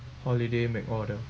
holiday make order